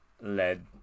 led